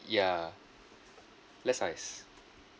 ya less ice